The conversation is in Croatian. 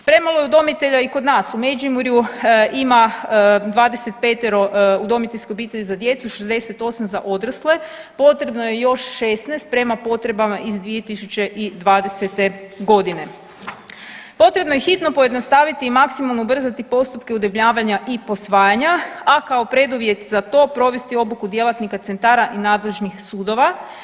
Premalo je udomitelja i kod nas u Međimurju ima 25 udomiteljske obitelji za djecu, 68 za odrasle, potrebno je još 16 prema potrebama iz 2020.g. Potrebno je hitno pojednostaviti i maksimalno ubrzati postupke udomljavanja i posvajanja, a kao preduvjet za to provesti obuku djelatnika centara i nadležnih sudova.